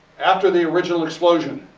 after the original explosion,